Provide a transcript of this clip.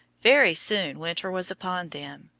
very soon winter was upon them.